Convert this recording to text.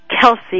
Kelsey